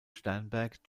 sternberg